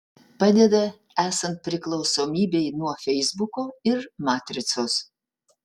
padeda esant priklausomybei nuo feisbuko ir matricos